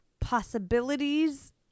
possibilities